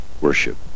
worship